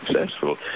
successful